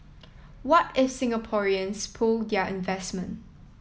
what if Singaporeans pull their investment